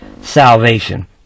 salvation